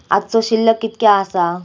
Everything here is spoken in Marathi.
आजचो शिल्लक कीतक्या आसा?